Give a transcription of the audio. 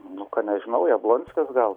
nu ką nežinau jablonskis gal